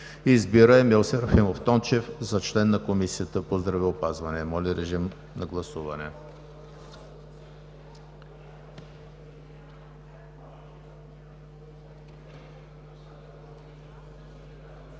Избира Емил Серафимов Тончев за член на Комисията по здравеопазването.“ Моля, режим на гласуване.